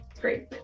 Great